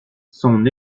son